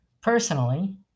Personally